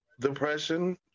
depression